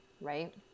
right